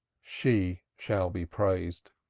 she shall be praised.